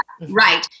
Right